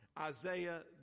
Isaiah